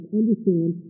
understand